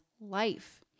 life